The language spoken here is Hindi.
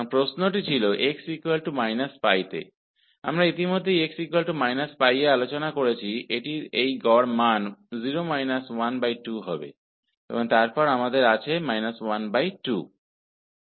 तो प्रश्न x−π पर था x−π की हम पहले ही चर्चा कर चुके हैं यहाँ पर इसका औसत मान मिलेगा जो कि 0 12 है और यानि 12 मिलता है